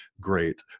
great